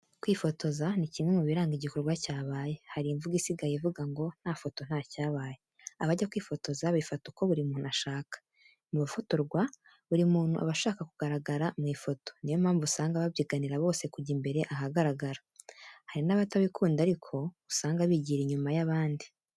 Kwifotoza ni kimwe mu bintu biranga igikorwa cyabaye. Hari imvugo isigaye ivuga ngo: "Nta foto, nta cyabaye. "Abajya kwifotoza bifata uko buri muntu ashaka. Mu bafatorwa, buri muntu aba ashaka kugaragara mu ifoto. Ni yo mpamvu usanga babyiganira bose kujya imbere ahagaragara. Hari n'abatabikunda ariko usanga bigira inyuma y'abandi.